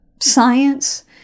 science